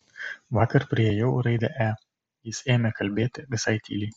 vakar priėjau raidę e jis ėmė kalbėti visai tyliai